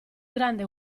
grande